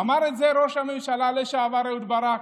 אמר את זה ראש הממשלה לשעבר אהוד ברק,